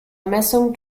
messung